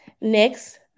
Next